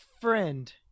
friend